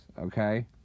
okay